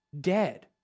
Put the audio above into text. dead